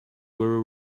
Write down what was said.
were